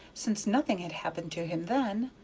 since nothing had happened to him then.